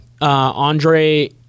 Andre